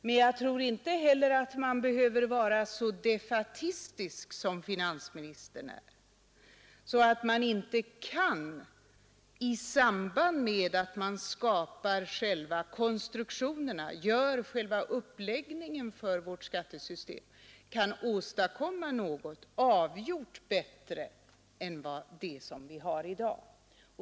Men jag tror inte heller att man behöver vara så defaitistisk som finansministern är att man inte, i samband med att man skapar själva uppläggningen av vårt skattesystem, kan åstadkomma något avgjort bättre än det som vi har i dag.